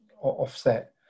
offset